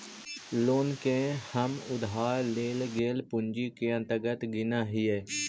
loan के हम उधार लेल गेल पूंजी के अंतर्गत गिनऽ हियई